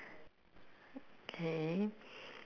okay